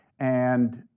and